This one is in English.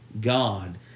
God